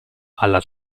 alla